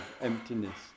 emptiness